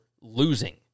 losing